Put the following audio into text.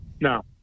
No